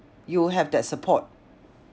you have that support